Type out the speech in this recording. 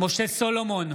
משה סולומון,